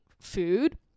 food